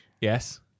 Yes